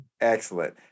Excellent